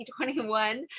2021